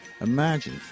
Imagine